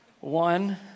One